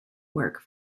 work